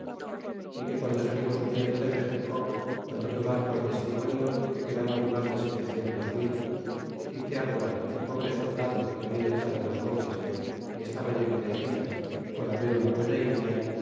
y que guando salimos huyendo de méxico mandó tomar por testimonio que quedaban mas de setecientos mil y que agora el pobre soldado que habla echado los bofes y estaba lleno de heridas por haber una buena india